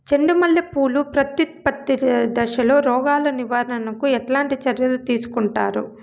చెండు మల్లె పూలు ప్రత్యుత్పత్తి దశలో రోగాలు నివారణకు ఎట్లాంటి చర్యలు తీసుకుంటారు?